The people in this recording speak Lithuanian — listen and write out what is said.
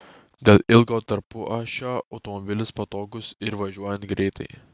dėl ilgo tarpuašio automobilis patogus ir važiuojant greitai